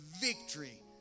victory